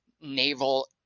naval